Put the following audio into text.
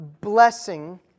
blessing